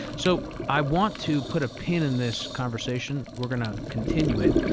so i want to put a pin in this conversation. we're going to continue it,